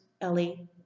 ellie